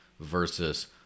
versus